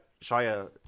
Shia